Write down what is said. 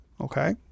Okay